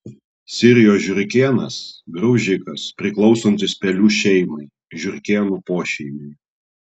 sirijos žiurkėnas graužikas priklausantis pelių šeimai žiurkėnų pošeimiui